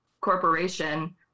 corporation